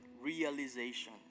realization